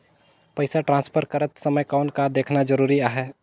पइसा ट्रांसफर करत समय कौन का देखना ज़रूरी आहे?